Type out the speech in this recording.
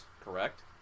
correct